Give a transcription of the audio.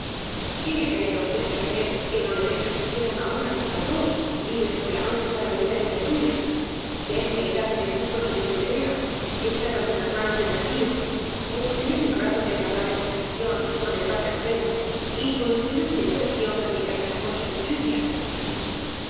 qué le ha caído á usted que hacer que no le deja siquiera una hora ó dos libres por la noche para venir á mi tertulia verme y dar me el gusto de que yo le vea echar algunas manos de tresillo ó tener un rato de agradable conversa ción con el padre anselmo y con los demás seño res que honran mi casa con su presencia